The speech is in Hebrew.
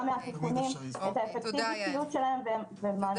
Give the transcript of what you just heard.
מהתיקונים את האפקטיביות שלהם --- אוקיי,